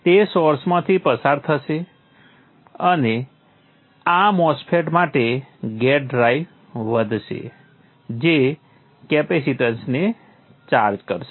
તે સોર્સમાંથી પસાર થશે અને આ MOSFET માટે ગેટ ડ્રાઇવ વધશે જે કેપેસિટેન્સને ચાર્જ કરશે